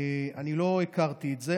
אני לא הכרתי את זה,